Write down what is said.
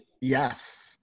Yes